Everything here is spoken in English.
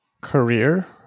career